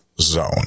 zone